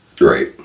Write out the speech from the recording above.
Right